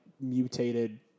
mutated